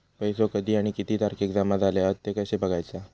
पैसो कधी आणि किती तारखेक जमा झाले हत ते कशे बगायचा?